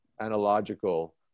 analogical